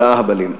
של האהבלים,